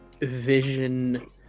Vision